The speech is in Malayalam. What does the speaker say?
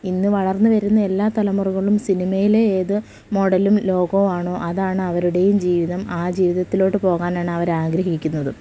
ഇന്ന് വളർന്നുവരുന്ന എല്ലാ തലമുറകളും സിനിമയിലെ ഏത് മോഡലും ലോകവുമാണോ അതാണ് അവരുടെയും ജീവിതം ആ ജീവിതത്തിലേക്ക് പോകാനാണ് അവരാഗ്രഹിക്കുന്നതും